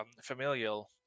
familial